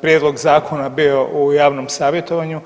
prijedlog zakona bio u javnom savjetovanju.